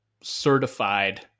certified